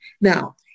Now